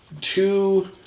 two